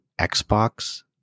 Xbox